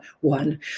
one